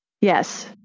Yes